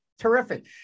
Terrific